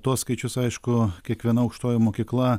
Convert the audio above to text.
tuos skaičius aišku kiekviena aukštoji mokykla